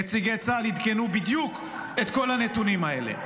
נציגי צה"ל עדכנו בדיוק את כל הנתונים האלה.